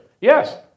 Yes